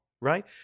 right